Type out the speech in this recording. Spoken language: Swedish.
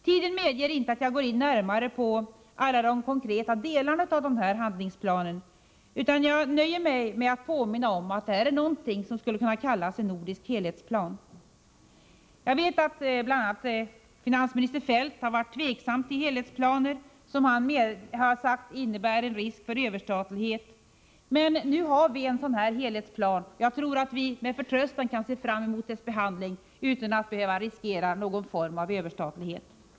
Tiden medger inte att jag går närmare in på alla de konkreta delarna av handlingsplanen, utan jag nöjer mig med att påminna om att vi har fått någonting som skulle kunna kallas en nordisk helhetsplan. Jag vet att bl.a. finansminister Feldt har varit tveksam till helhetsplaner, som han sett som en risk för överstatlighet. Men nu har vi ett förslag till en sådan plan, och jag tror att vi med förtröstan kan se fram emot dess behandling utan att behöva riskera någon form av överstatlighet.